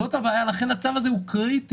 זו הבעיה, ולכן הצו הזה הוא קריטי.